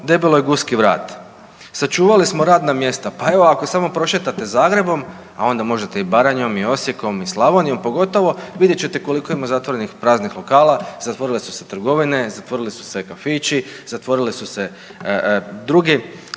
debeloj guski vrat? Sačuvali smo radna mjesta, pa evo ako samo prošetate Zagrebom, a onda možete i Baranjom i Osijekom i Slavonijom, pogotovo vidjet ćete koliko ima zatvorenih praznih lokala, zatvorile su se trgovine, zatvorili su se kafići, zatvorile su se druge